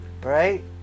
right